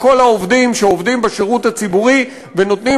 לכל העובדים שעובדים בשירות הציבורי ונותנים